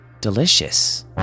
delicious